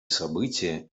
события